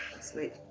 Sweet